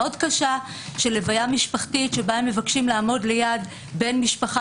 קשה של לוויה משפחתית שבה הם מבקשים לעמוד ליד בן משפחה